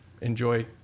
enjoy